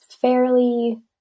fairly